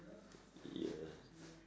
yes